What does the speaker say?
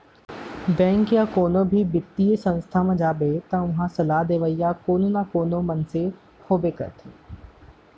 bank या कोनो भी बित्तीय संस्था म जाबे त उहां सलाह देवइया कोनो न कोनो मनसे होबे करथे